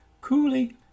coolly